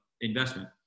investment